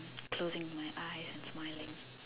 closing my eyes and smiling